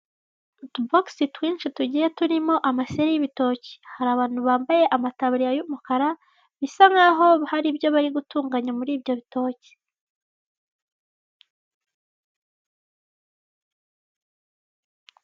Utubogisi twinshi tugiye turimo amaseri y'ibitoki, hari abantu bambaye amataburiya y'umukara, bisa nk'aho hari ibyo bari gutunganya muri ibyo bitoki.